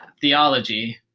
theology